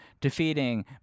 Defeating